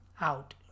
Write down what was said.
out